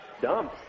dumb